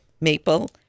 maple